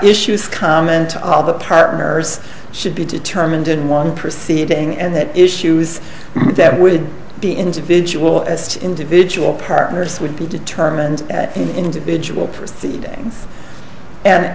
issues common to all the partners should be determined in one proceeding and that issues that would be individual and individual partners would be determined at an individual proceedings and